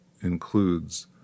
includes